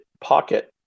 pocket